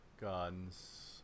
guns